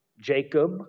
Jacob